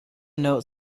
note